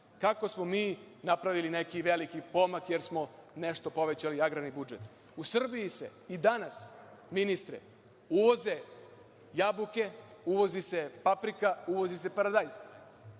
kako smo mi napravili neki veliki pomak jer smo nešto povećali agrarni budžet. U Srbiji se i danas, ministre, uvoze jabuke, uvozi se paprika, uvozi se paradajz,